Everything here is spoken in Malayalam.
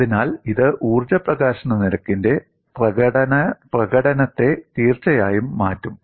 അതിനാൽ ഇത് ഊർജ്ജ പ്രകാശന നിരക്കിന്റെ പ്രകടനത്തെ തീർച്ചയായും മാറ്റും